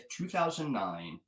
2009